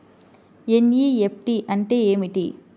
NEFT అంటే ఏమిటి?